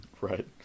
Right